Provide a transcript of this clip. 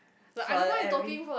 for every